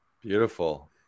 Beautiful